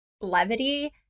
levity